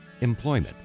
employment